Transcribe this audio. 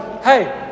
hey